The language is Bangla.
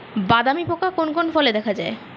বাদামি কি পোকা কোন কোন ফলে দেখা যায়?